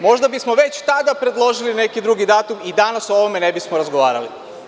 Možda bismo već tada predložili neki drugi datum i danas o ovome ne bismo razgovarali.